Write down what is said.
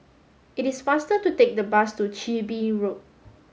it is faster to take the bus to Chin Bee Road